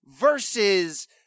versus